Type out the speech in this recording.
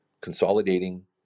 consolidating